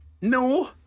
No